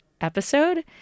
episode